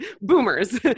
boomers